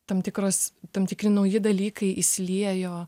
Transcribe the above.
tam tikros tam tikri nauji dalykai įsiliejo